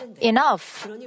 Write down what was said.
enough